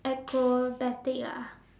acrobatic ah